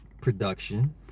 production